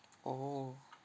orh